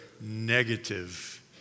negative